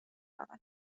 فقط